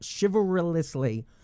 chivalrously